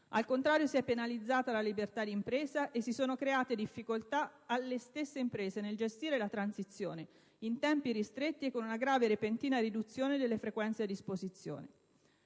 Al contrario, si è penalizzata la libertà di impresa e si sono create difficoltà alle stesse imprese nel gestire la transizione in tempi ristretti e con una grave e repentina riduzione delle frequenze a disposizione.